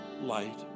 light